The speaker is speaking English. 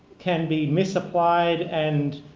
can be misapplied and